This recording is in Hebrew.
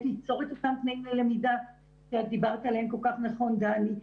ליצור את אותם תנאי למידה שדיברת עליהם כל כך נכון דני,